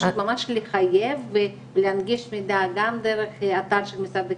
ממש לחייב ולהנגיד מידע גם דרך אתר של משרד החינוך,